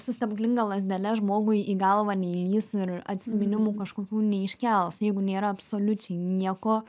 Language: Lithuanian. su stebuklinga lazdele žmogui į galvą neįlįs ir atsiminimų kažkokių neiškels jeigu nėra absoliučiai nieko